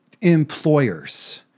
employers